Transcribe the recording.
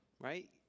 Right